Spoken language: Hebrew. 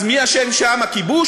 אז מי אשם שם, הכיבוש?